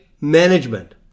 management